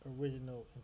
original